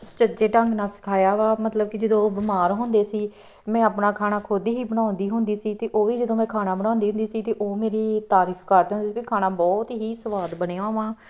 ਸੁਚੱਜੇ ਢੰਗ ਨਾਲ ਸਿਖਾਇਆ ਵਾ ਮਤਲਬ ਕਿ ਜਦੋਂ ਉਹ ਬਿਮਾਰ ਹੁੰਦੇ ਸੀ ਮੈਂ ਆਪਣਾ ਖਾਣਾ ਖੁਦ ਹੀ ਬਣਾਉਂਦੀ ਹੁੰਦੀ ਸੀ ਅਤੇ ਉਹ ਵੀ ਜਦੋਂ ਮੈਂ ਖਾਣਾ ਬਣਾਉਂਦੀ ਹੁੰਦੀ ਸੀ ਅਤੇ ਉਹ ਮੇਰੀ ਤਾਰੀਫ ਕਰਦੇ ਹੁੰਦੇ ਸੀ ਵੀ ਖਾਣਾ ਬਹੁਤ ਹੀ ਸਵਾਦ ਬਣਿਆ ਵਾ